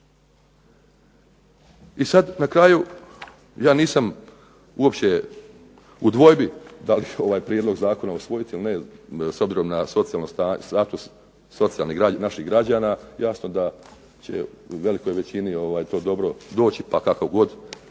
I sada na kraju ja nisam uopće u dvojbi da li ovaj prijedlog zakona usvojit ili ne, s obzirom na socijalni status naših građana jasno da će velikoj većini to dobro doći pa kako god